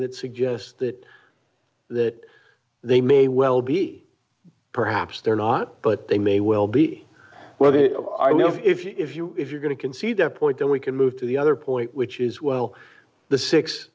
that suggests that that they may well be perhaps they're not but they may well be well if you if you're going to concede that point then we can move to the other point which is well the six